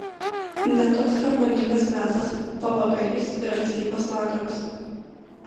ne toks harmoningas metas pavakarys ir ankstyvas vakaras